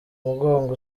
mugongo